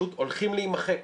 שפשוט הולכים להימחק.